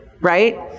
Right